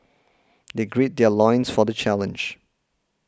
they gird their loins for the challenge